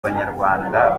banyarwanda